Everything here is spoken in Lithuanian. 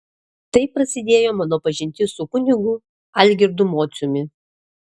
taip prasidėjo mano pažintis su kunigu algirdu mociumi